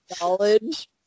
knowledge